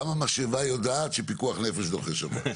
גם המשאבה יודעת שפיקוח נפש דוחה שבת.